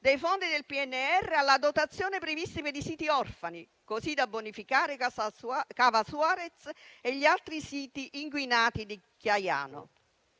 dai fondi del PNRR alla dotazione previsti per i siti orfani, così da bonificare cava Suarez e gli altri siti inquinati di Chiaiano.